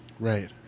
Right